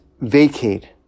vacate